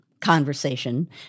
conversation